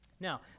Now